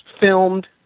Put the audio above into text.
filmed